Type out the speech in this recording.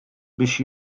biex